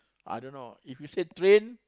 I don't know if you say train